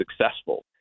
successful